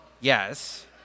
Yes